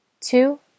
two